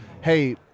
hey